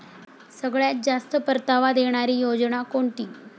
सगळ्यात जास्त परतावा देणारी योजना कोणती?